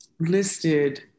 listed